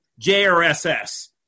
JRSS